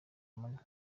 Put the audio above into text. amanywa